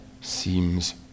seems